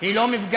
היא לא מפגע,